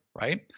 Right